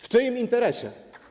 W czyim interesie?